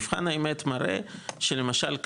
מבחן האמת מראה שלמשל,